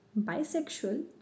bisexual